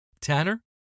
Tanner